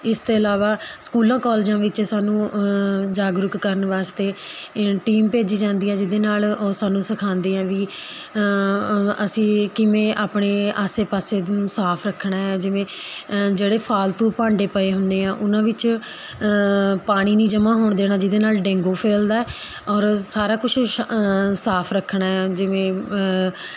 ਇਸ ਤੋਂ ਇਲਾਵਾ ਸਕੂਲਾਂ ਕੋਲਜਾਂ ਵਿੱਚ ਸਾਨੂੰ ਜਾਗਰੂਕ ਕਰਨ ਵਾਸਤੇ ਏ ਟੀਮ ਭੇਜੀ ਜਾਂਦੀ ਹੈ ਜਿਹਦੇ ਨਾਲ਼ ਉਹ ਸਾਨੂੰ ਸਿਖਾਉਂਦੇ ਹੈ ਵੀ ਅਸੀਂ ਕਿਵੇਂ ਆਪਣੇ ਆਸੇ ਪਾਸੇ ਨੂੰ ਸਾਫ਼ ਰੱਖਣਾ ਹੈ ਜਿਵੇਂ ਜਿਹੜੇ ਫਾਲਤੂ ਭਾਂਡੇ ਪਏ ਹੁੰਦੇ ਹੈ ਉਹਨਾਂ ਵਿੱਚ ਪਾਣੀ ਨਹੀਂ ਜਮ੍ਹਾਂ ਹੋਣ ਦੇਣਾ ਜਿਹਦੇ ਨਾਲ਼ ਡੇਂਗੂ ਫੈਲਦਾ ਔਰ ਸਾਰਾ ਕੁਛ ਸਾਫ਼ ਰੱਖਣਾ ਜਿਵੇਂ